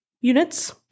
units